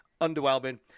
underwhelming